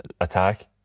attack